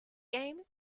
game